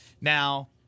Now